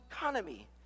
economy